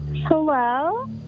Hello